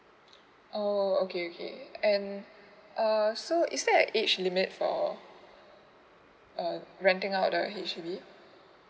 oh okay okay err so is that age limit for uh renting a actually